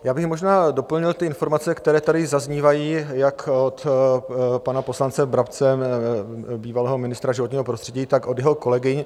Já bych možná doplnil ty informace, které tady zaznívají jak od pana poslance Brabce, bývalého ministra životního prostředí, tak od jeho kolegyň.